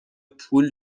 پول